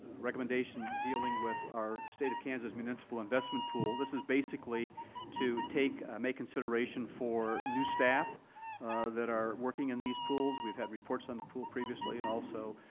recommendation dealing with our state of kansas municipal investment pool. this is basically to take ah make consideration for new staff that are working in these pools. we've had reports on the pool previously and also